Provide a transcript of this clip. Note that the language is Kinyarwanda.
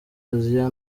asia